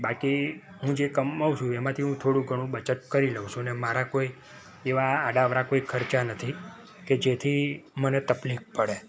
બાકી હું જે કમાઉ છું એમાંથી હું થોડુંઘણું બચત કરી લઉં છુંને મારા કોઈ એવા આડા અવળા કોઈ ખર્ચા નથી કે જેથી મને તકલીફ પડે